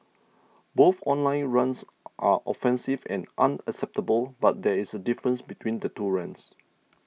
both online rants are offensive and unacceptable but there is a difference between the two rants